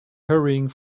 hurrying